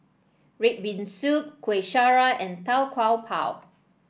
red bean soup Kueh Syara and Tau Kwa Pau